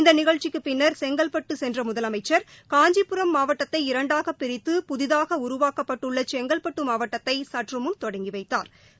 இந்த நிகழ்ச்சிக்கு பின்னர் செங்கவ்பட்டு சென்ற முதலமைச்சர் காஞ்சிபுரம் மாவட்டத்தை இரண்டாக பிரித்து புதிதாக உருவாக்கப்பட்டுள்ள செங்கல்பட்டு மாவட்டத்தை சற்று முன் தொடங்கி வைத்தாா்